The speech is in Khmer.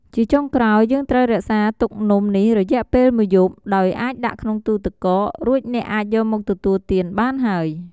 ជាចុងក្រោយ យើងត្រូវរក្សាទុកនំនេះរយៈពេលមួយយប់ ដោយអាចដាក់ក្នុងទូរទឹកកក រួចអ្នកអាចយមមកទទួលទានបានហើយ។